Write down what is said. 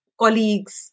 colleagues